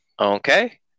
Okay